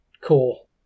cool